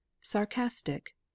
sarcastic